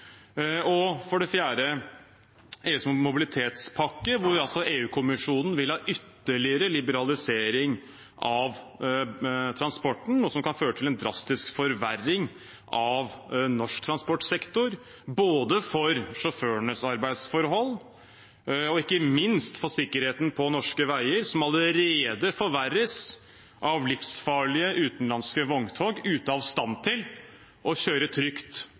arbeidslivet. For det fjerde gjelder det EUs mobilitetspakke, hvor EU-kommisjonen vil ha ytterligere liberalisering av transporten, noe som kan føre til en drastisk forverring av norsk transportsektor, både for sjåførenes arbeidsforhold og ikke minst for sikkerheten på norske veier, som allerede forverres av livsfarlige utenlandske vogntog, som er ute av stand til å kjøre trygt